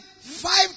five